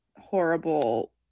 horrible